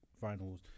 finals